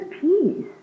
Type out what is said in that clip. peace